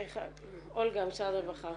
אולגה, משרד הרווחה.